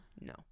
no